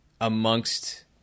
amongst